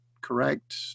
correct